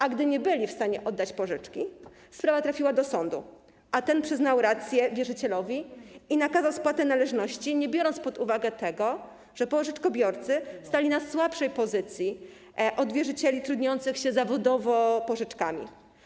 A gdy nie byli w stanie oddać pożyczki, sprawa trafiła do sądu, a ten przyznał rację wierzycielowi i nakazał spłatę należności, nie biorąc pod uwagę tego, że pożyczkobiorcy stali na słabszej pozycji niż wierzyciele trudniący się zawodowo pożyczkami.